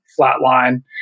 flatline